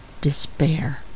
despair